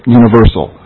universal